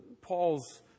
Paul's